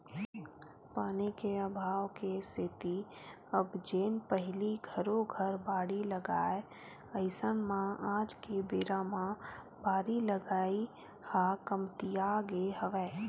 पानी के अभाव के सेती अब जेन पहिली घरो घर बाड़ी लगाय अइसन म आज के बेरा म बारी लगई ह कमतियागे हवय